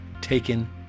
taken